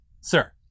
sir